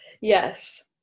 Yes